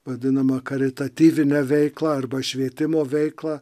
vadinamą karitatyvinę veiklą arba švietimo veiklą